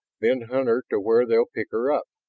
then hunt her to where they'll pick her up.